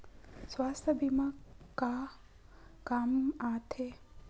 सुवास्थ बीमा का काम आ थे?